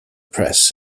press